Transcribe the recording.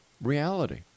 reality